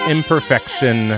Imperfection